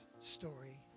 story